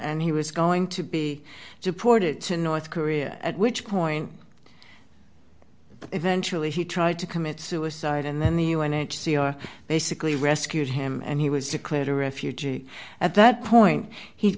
and he was going to be deported to north korea at which point eventually he tried to commit suicide and then the u n h c r basically rescued him and he was declared a refugee at that point he